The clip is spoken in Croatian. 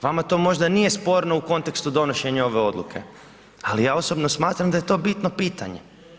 Vama to možda nije sporno u kontekstu donošenja ove odluke, ali ja osobno smatram da je to bitno pitanje.